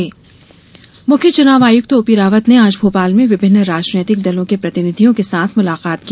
आयोग बैठक मुख्य चुनाव आयुक्त ओपी रावत ने आज भोपाल में विभिन्न राजनीतिक दलों के प्रतिनिधियों के साथ मुलाकात की